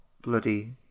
bloody